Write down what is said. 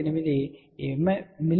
8 mm tan 0